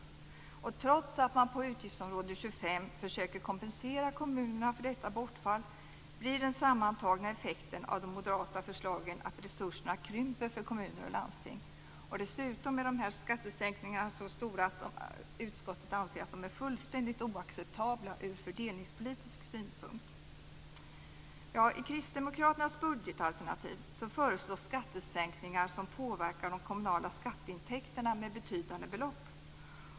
Trots att man på utgiftsområde 25 försöker kompensera kommunerna för detta bortfall blir den sammantagna effekten av de moderata förslagen att resurserna krymper för kommuner och landsting. Dessutom är de skattesänkningarna så stora att utskottet anser att de är fullständigt oacceptabla ur fördelningspolitisk synpunkt. I kristdemokraternas budgetalternativ föreslås skattesänkningar som påverkar de kommunala skatteintäkterna med betydande belopp.